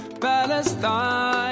Palestine